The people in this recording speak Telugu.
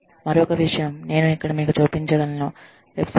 మరొక విషయం నేను ఇక్కడ మీకు చూపించగలను వెబ్సైట్